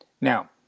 Now